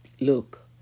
Look